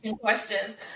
questions